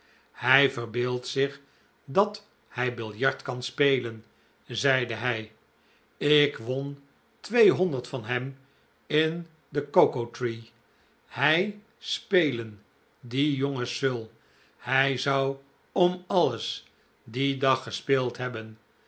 hij verbeeldt zich dat hij biljart kan spelen zeide hij ik won tweehonderd van hem in de cocoa tree hij spelen die jonge sul hij zou om alles dien dag gespeeld hebben